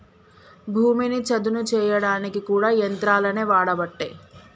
భూమిని చదును చేయడానికి కూడా యంత్రాలనే వాడబట్టే